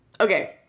Okay